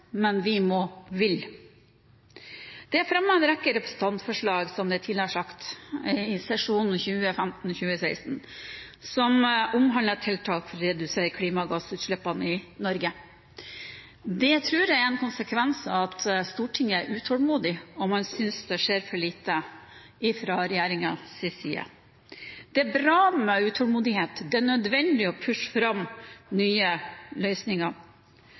men vi må ville. Som det tidligere er sagt, er det fremmet en rekke representantforslag i sesjonen 2015–2016 som omhandler tiltak for å redusere klimagassutslippene i Norge. Det tror jeg er en konsekvens av at Stortinget er utålmodig, og man synes det skjer for lite fra regjeringens side. Det er bra med utålmodighet – det er nødvendig å pushe fram nye løsninger.